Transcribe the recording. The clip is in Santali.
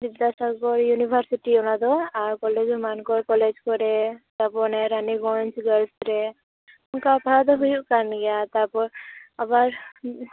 ᱵᱤᱫᱫᱟᱥᱟᱜᱚᱨ ᱤᱭᱩᱱᱤᱵᱷᱟᱨᱥᱤᱴᱤ ᱚᱱᱟᱫᱚ ᱟᱨ ᱠᱚᱞᱮᱡᱽ ᱢᱟᱱᱠᱚᱨ ᱠᱚᱞᱮᱡᱽ ᱠᱚᱨᱮ ᱛᱟᱯᱚᱨ ᱱᱤᱭᱟᱹ ᱨᱟᱱᱤᱜᱚᱧᱡᱽ ᱵᱚᱭᱮᱥᱨᱮ ᱚᱱᱠᱟ ᱯᱟᱲᱦᱟᱣ ᱫᱚ ᱦᱩᱭᱩᱜ ᱠᱟᱱ ᱜᱮᱭᱟ ᱛᱟᱯᱚᱨ ᱟᱵᱟᱨ